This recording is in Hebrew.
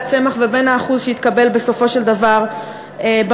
צמח ובין האחוז שהתקבל בסופו של דבר בממשלה?